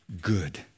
good